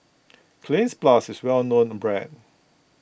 Cleanz Plus is a well known brand